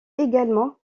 également